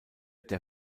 der